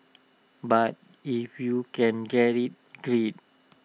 but if you can get IT great